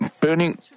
burning